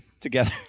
together